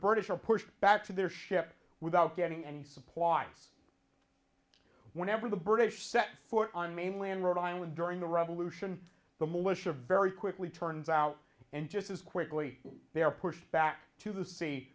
british are pushed back to their ship without getting any supplies whenever the british set foot on mainland rhode island during the revolution the militia very quickly turns out and just as quickly they are pushed back to the s